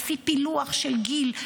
לפי פילוח של גיל,